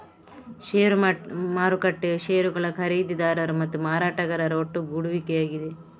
ಷೇರು ಮಾರುಕಟ್ಟೆಯು ಷೇರುಗಳ ಖರೀದಿದಾರರು ಮತ್ತು ಮಾರಾಟಗಾರರ ಒಟ್ಟುಗೂಡುವಿಕೆಯಾಗಿದೆ